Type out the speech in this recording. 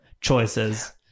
choices